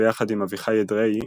ויחד עם אביחי אדרעי,